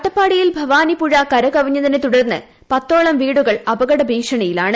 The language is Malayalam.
അട്ടപ്പാടിയിൽ ഭവാനി പുഴ കരകവിഞ്ഞതിനെ തുടർന്ന് പത്തോളം വീടുകൾ അപകട ഭീഷണിയിലാണ്